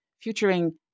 featuring